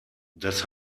das